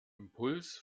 impuls